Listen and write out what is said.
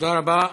תודה רבה.